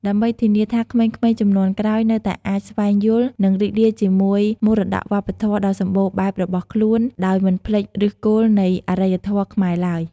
ដើម្បីធានាថាក្មេងៗជំនាន់ក្រោយនៅតែអាចស្វែងយល់ និងរីករាយជាមួយមរតកវប្បធម៌ដ៏សម្បូរបែបរបស់ខ្លួន ដោយមិនភ្លេចឫសគល់នៃអរិយធម៌ខ្មែរឡើយ។